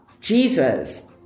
Jesus